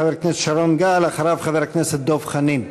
חבר הכנסת שרון גל, ואחריו, דב חנין.